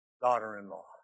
daughter-in-law